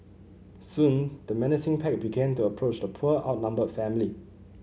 soon the menacing pack began to approach the poor outnumbered family